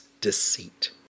deceit